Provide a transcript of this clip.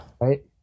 right